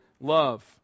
love